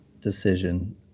decision